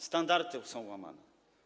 Standardy są łamane.